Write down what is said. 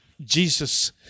Jesus